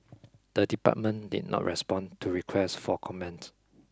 the department did not respond to requests for comment